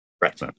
Right